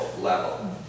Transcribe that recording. level